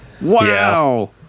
wow